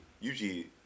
usually